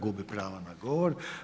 Gubi pravo na govor.